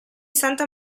santa